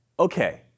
okay